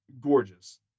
gorgeous